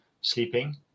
sleeping